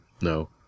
No